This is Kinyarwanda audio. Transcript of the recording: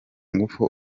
ngufu